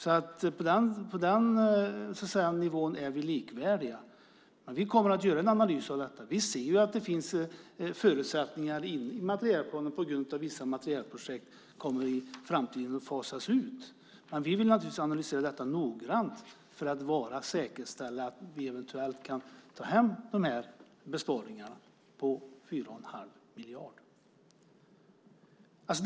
I det avseendet är vi alltså likvärdiga. Vi kommer att göra en analys av detta. Vi ser ju att det finns förutsättningar inom materielfonden på grund av att vissa materielprojekt i framtiden kommer att fasas ut. Men vi vill naturligtvis analysera detta noggrant för att säkerställa att vi eventuellt kan ta hem de här besparingarna på 4 1⁄2 miljard.